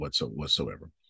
whatsoever